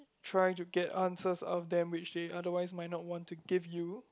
try to get answers out of them which they otherwise might not want to give you